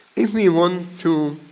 if we want to,